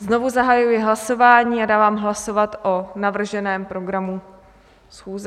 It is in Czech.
Znovu zahajuji hlasování a dávám hlasovat o navrženém programu schůze.